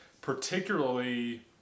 particularly